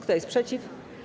Kto jest przeciw?